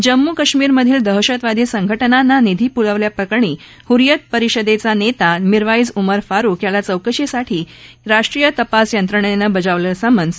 जम्मू कश्मीरमधील दहशतवादी संघटनांना निधी पुरवल्याप्रकरणी हुर्यीयत परिषदेचा नेता मिरवाईज उमर फारुख याला चौकशीसाठी राष्ट्रीय तपास यंत्रणेनं बजावलं समन्स